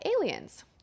aliens